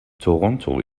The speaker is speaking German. toronto